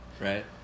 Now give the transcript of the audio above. right